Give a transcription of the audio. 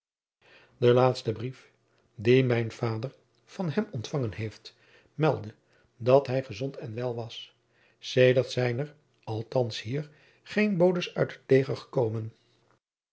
de laatste brief dien mijn vader van hem ontfangen heeft meldde dat hij gezond en wel was sedert zijn er althands hier geen bodens uit het